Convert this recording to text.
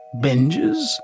Binges